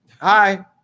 Hi